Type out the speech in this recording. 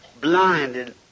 Blinded